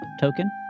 token